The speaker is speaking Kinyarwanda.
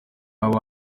baba